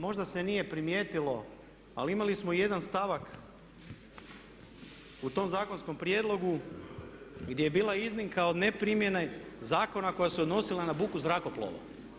Možda se nije primijetilo, ali imali smo jedan stavak u tom zakonskom prijedlogu, gdje je bila iznimka od neprimjene zakona koja se odnosila na buku zrakoplova.